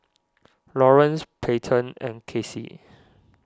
Lawrance Peyton and Kassie